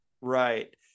Right